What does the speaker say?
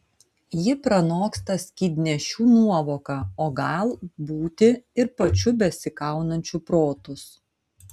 ji pranoksta skydnešių nuovoką o gal būti ir pačių besikaunančių protus